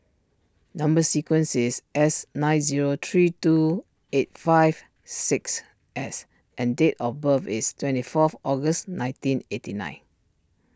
Number Sequence is S nine zero three two eight five six S and date of birth is twenty fourth August nineteen eighty nine